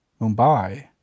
Mumbai